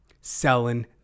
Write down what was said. Selling